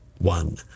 one